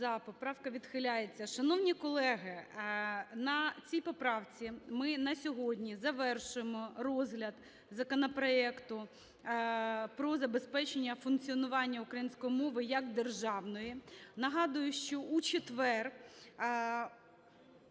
Поправка відхиляється. Шановні колеги, на цій поправці ми на сьогодні завершуємо розгляд законопроекту про забезпечення функціонування української мови як державної. Нагадую, що у четвер,